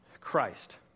Christ